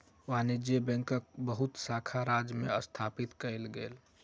वाणिज्य बैंकक बहुत शाखा राज्य में स्थापित कएल गेल